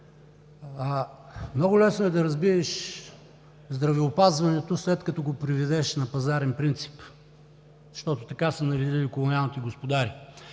Много лесно е да разбиеш здравеопазването, след като го приведеш на пазарен принцип, защото така са наредили колониалните господари.